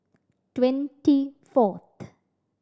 twenty fourth